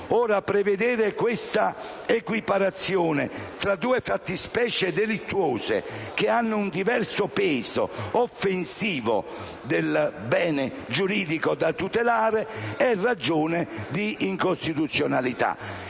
Ora, prevedere questa equiparazione tra due fattispecie delittuose, che hanno un diverso peso offensivo del bene giuridico da tutelare, è ragione di incostituzionalità.